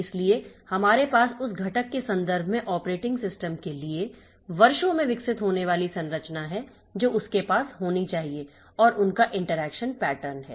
इसलिए हमारे पास उस घटक के संदर्भ में ऑपरेटिंग सिस्टम के लिए वर्षों में विकसित होने वाली संरचना है जो उसके पास होनी चाहिए और उनका इंटरैक्शन पैटर्न है